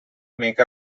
make